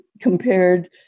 compared